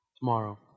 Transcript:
Tomorrow